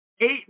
eight